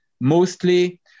mostly